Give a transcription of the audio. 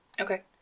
Okay